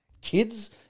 kids